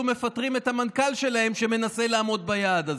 מפטרים את המנכ"ל שלהם שמנסה לעמוד ביעד הזה.